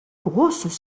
grosses